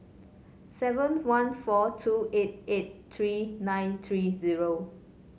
seven one four two eight eight three nine three zero